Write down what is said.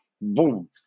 boom